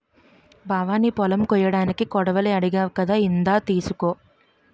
బావా నీ పొలం కొయ్యడానికి కొడవలి అడిగావ్ కదా ఇందా తీసుకో